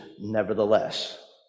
nevertheless